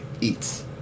eats